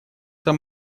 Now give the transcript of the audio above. это